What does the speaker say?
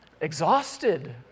Exhausted